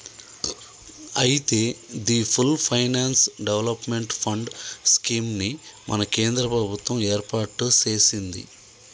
అయితే the full finance development fund scheme ని మన కేంద్ర ప్రభుత్వం ఏర్పాటు సెసింది